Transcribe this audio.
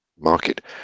market